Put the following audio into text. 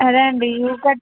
అదే అండి U cut